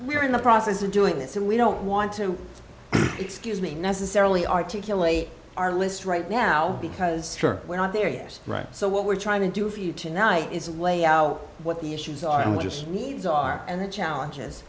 we're in the process of doing this and we don't want to excuse me necessarily articulate our list right now because we're not there yes right so what we're trying to do for you tonight is lay out what the issues are and just the are and the challenges